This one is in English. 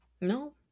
no